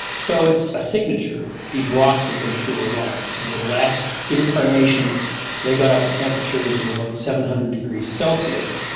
so it's a signature. these rocks have been through a lot. in their last incarnation they got up to temperatures of about seven hundred degrees celsius.